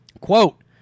Quote